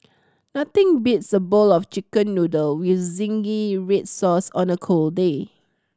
nothing beats a bowl of Chicken Noodle with zingy red sauce on a cold day